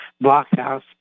Blockhouse